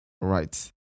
Right